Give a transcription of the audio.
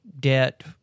debt